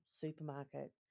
supermarket